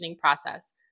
process